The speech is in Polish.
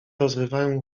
rozrywają